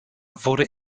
wurde